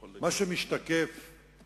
בעצם, מה שמשתקף הוא